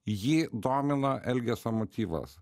jį domina elgesio motyvas